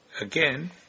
Again